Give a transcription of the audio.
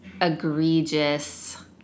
egregious